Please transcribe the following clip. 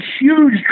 huge